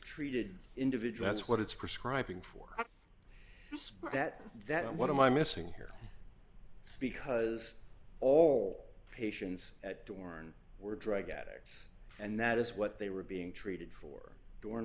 treated individual that's what it's prescribing for that that what am i missing here because all patients at dorn were drug addicts and that is what they were being treated for d